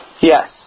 Yes